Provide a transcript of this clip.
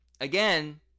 again